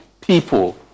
people